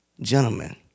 Gentlemen